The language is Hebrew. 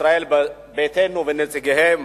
ישראל ביתנו ואת נציגיהם